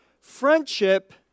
friendship